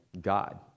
god